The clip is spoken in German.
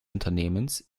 unternehmens